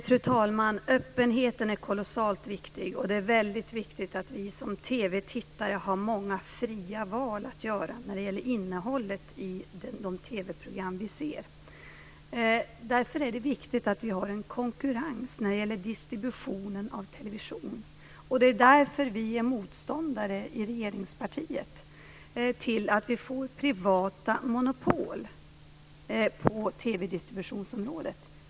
Fru talman! Öppenheten är kolossalt viktig, och det är väldigt viktigt att vi som TV-tittare kan göra fria val när det gäller innehållet i de TV-program vi ser. Därför är det viktigt att det finns en konkurrens när det gäller distributionen av television, och det är därför vi i regeringspartiet är motståndare till privata monopol på TV-distributionsområdet.